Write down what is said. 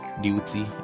duty